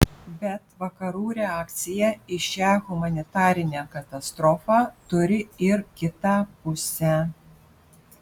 bet vakarų reakcija į šią humanitarinę katastrofą turi ir kitą pusę